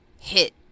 hit